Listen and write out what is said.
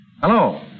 Hello